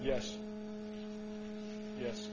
yes yes